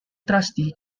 trustee